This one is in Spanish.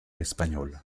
español